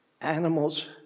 Animals